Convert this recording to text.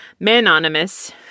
Manonymous